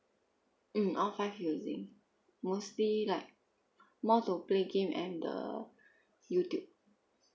mm all five using mostly like more to play game and the YouTube